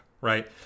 right